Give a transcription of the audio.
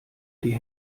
die